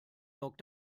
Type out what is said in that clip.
log